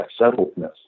settledness